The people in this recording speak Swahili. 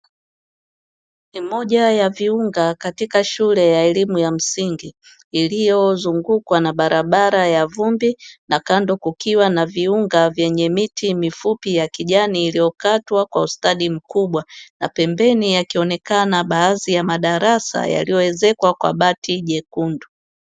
Ni moja ya viunga katika shule ya elimu ya msingi iliyozungukwa na barabara ya vumbi na kando kukiwa na viunga vyenye miti mifupi ya kijani iliyokatwa kwa ustadi mkubwa. Na pembeni yakionekana baadhi ya madarasa yaliyoezekwa kwa bati jekundu.